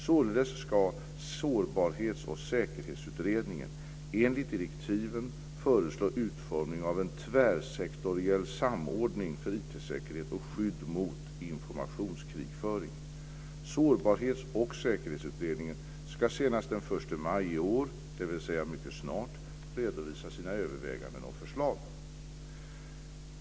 Således ska Sårbarhetsoch säkerhetsutredningen enligt direktiven föreslå utformning av en tvärsektoriell samordning för IT säkerhet och skydd mot informationskrigföring. Sårbarhets och säkerhetsutredningen ska senast den 1 maj 2001, dvs. inom en mycket snar framtid, redovisa sina överväganden och förslag.